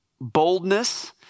boldness